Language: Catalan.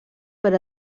per